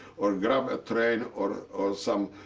or grab a train or ah or some